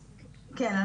כן,